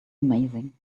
amazing